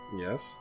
Yes